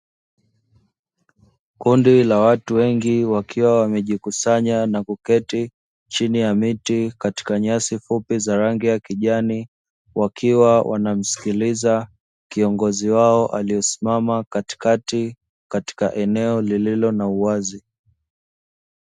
Kundi la watu wengi wakiwa wamejikusanya na kuketi chini ya miti katika nyasi fupi za rangi ya kijani, wakiwa wanamsikiliza kiongozi wao, aliyesimama katikati katika eneo lililo na uwazi.